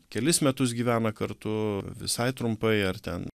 kelis metus gyvena kartu visai trumpai ar ten